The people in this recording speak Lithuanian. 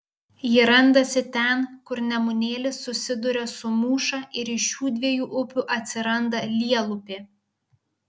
ji randasi ten kur nemunėlis susiduria su mūša ir iš šių dviejų upių atsiranda lielupė